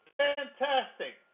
fantastic